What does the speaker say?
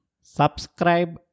Subscribe